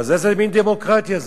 אז איזה מין דמוקרטיה זו?